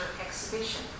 exhibition